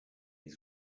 his